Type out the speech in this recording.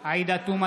עאידה תומא